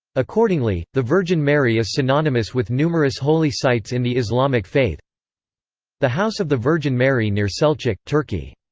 accordingly, the virgin mary is synonymous with numerous holy sites in the islamic faith the house of the virgin mary near selcuk, turkey.